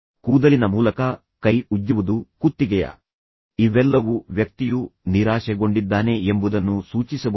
ಕೂದಲಿನ ಮೂಲಕ ಕೈ ಉಜ್ಜುವುದು ಕುತ್ತಿಗೆಯ ಇವೆಲ್ಲವೂ ವ್ಯಕ್ತಿಯು ನಿರಾಶೆಗೊಂಡಿದ್ದಾನೆ ಎಂಬುದನ್ನು ಸೂಚಿಸಬಹುದು